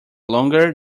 longer